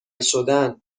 شدن